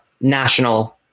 national